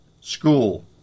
school